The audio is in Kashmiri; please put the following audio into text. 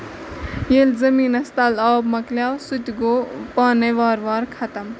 ییٚلہِ زٔمیٖنَس تل آو مَکان سُہ تہِ گوٚو پانے وارٕ وارٕ خَتم